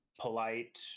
polite